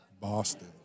Boston